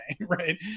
right